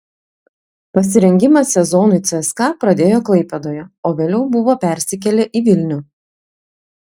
pasirengimą sezonui cska pradėjo klaipėdoje o vėliau buvo persikėlę į vilnių